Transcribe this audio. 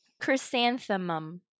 Chrysanthemum